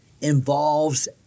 involves